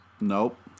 Nope